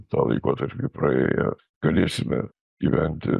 tą laikotarpį praėję galėsime gyventi